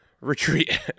Retreat